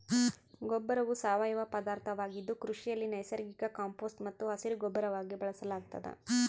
ಗೊಬ್ಬರವು ಸಾವಯವ ಪದಾರ್ಥವಾಗಿದ್ದು ಕೃಷಿಯಲ್ಲಿ ನೈಸರ್ಗಿಕ ಕಾಂಪೋಸ್ಟ್ ಮತ್ತು ಹಸಿರುಗೊಬ್ಬರವಾಗಿ ಬಳಸಲಾಗ್ತದ